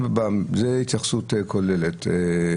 זה התייחסות כוללת.